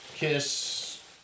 Kiss